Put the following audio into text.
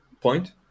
point